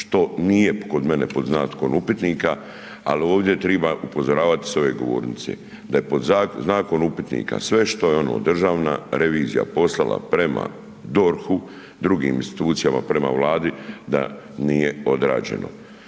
što nije kod mene pod znakom upitnika, al ovdje triba upozoravat s ove govornice, da je pod znakom upitnika sve što je ono državna revizija poslala prema DORH-u, drugim institucijama, prema Vladi da nije odraženo.